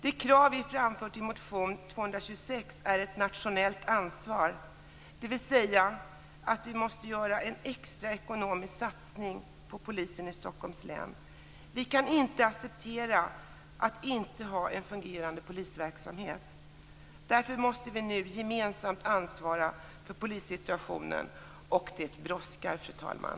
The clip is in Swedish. Det krav vi framfört i motion 226 är ett nationellt ansvar, dvs. att vi måste göra en extra ekonomisk satsning på polisen i Stockholms län. Vi kan inte acceptera att inte ha en fungerande polisverksamhet. Därför måste vi nu gemensamt ansvara för polissituationen. Det brådskar, fru talman!